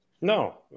No